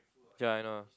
ya I know